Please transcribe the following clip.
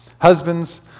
husbands